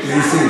חבר הכנסת